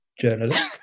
journalist